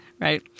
Right